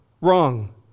Wrong